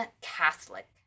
Catholic